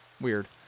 weird